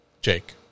Jake